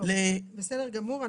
בסדר גמור.